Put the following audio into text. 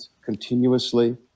continuously